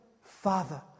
Father